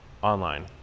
online